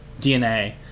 DNA